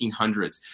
1800s